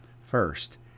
first